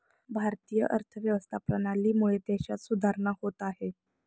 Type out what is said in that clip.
भारतीय अर्थव्यवस्था प्रणालीमुळे देशात सुधारणा होत आहे